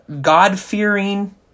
God-fearing